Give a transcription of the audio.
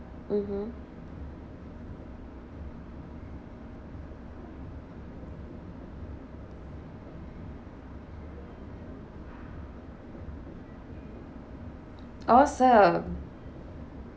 mmhmm awesome